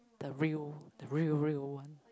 the real the real real one